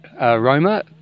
Roma